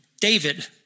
David